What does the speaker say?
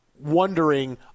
wondering